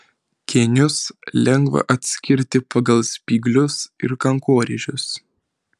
kėnius lengva atskirti pagal spyglius ir kankorėžius